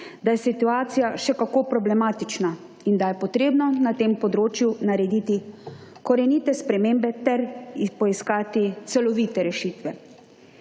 da je situacija še kako problematična in da je treba na tem področju narediti korenite spremembe ter poiskati celovite rešitve.